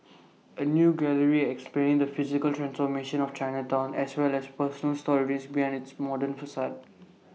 A new gallery explaining the physical transformation of Chinatown as well as personal stories behind its modern facade